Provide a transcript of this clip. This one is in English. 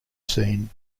scene